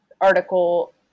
article